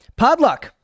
Podluck